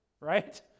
right